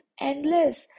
endless